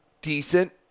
decent